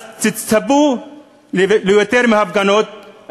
אז תצפו ליותר מהפגנות,